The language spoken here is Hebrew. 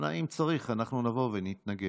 אם צריך, אנחנו נבוא ונתנגד.